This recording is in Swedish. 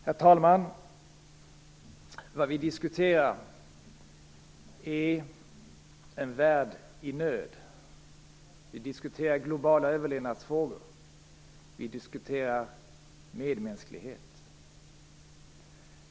Herr talman! Vad vi diskuterar är en värld i nöd. Vi diskuterar globala överlevnadsfrågor. Vi diskuterar medmänsklighet.